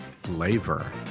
flavor